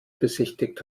besichtigt